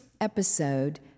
episode